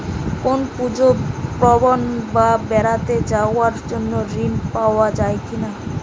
কোনো পুজো পার্বণ বা বেড়াতে যাওয়ার জন্য ঋণ পাওয়া যায় কিনা?